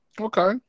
Okay